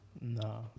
No